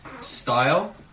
style